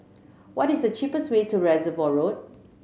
what is the cheapest way to Reservoir Road